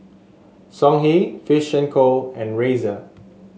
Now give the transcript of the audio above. Songhe Fish and Co and Razer